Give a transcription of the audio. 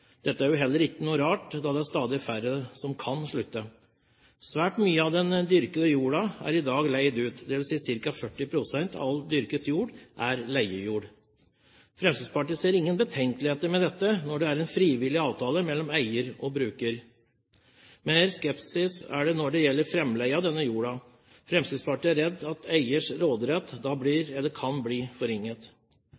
Dette er jo heller ikke noe rart, da det er stadig færre som kan slutte. Svært mye av den dyrkede jorda er i dag leid ut, dvs. ca. 40 pst. av all dyrket jord er leiejord. Fremskrittspartiet ser ingen betenkeligheter med dette når det er en frivillig avtale mellom eier og bruker. Mer skepsis er det når det gjelder framleie av denne jorda. Fremskrittspartiet er redd for at eiers råderett da blir,